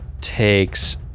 takes